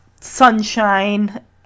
sunshine